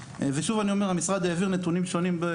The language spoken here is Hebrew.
שוב אני אומר, המשרד העביר נתונים שונים.